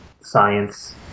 science